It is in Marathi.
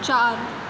चार